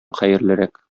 хәерлерәк